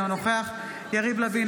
אינו נוכח יריב לוין,